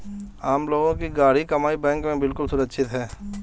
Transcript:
आम लोगों की गाढ़ी कमाई बैंक में बिल्कुल सुरक्षित है